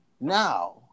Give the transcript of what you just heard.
Now